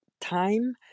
time